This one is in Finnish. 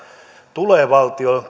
tulee valtion